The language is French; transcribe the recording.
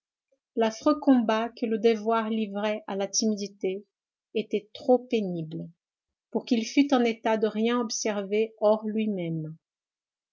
l'affreux combat que le devoir livrait à la timidité était trop pénible pour qu'il fût en état de rien observer hors lui-même